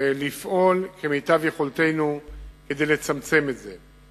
לפעול כמיטב יכולתנו כדי לצמצם את זה.